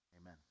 amen